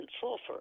sulfur